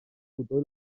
cotó